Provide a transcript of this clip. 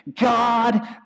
God